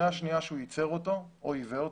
מהשנייה שהוא ייצר אותו או ייבא אותו,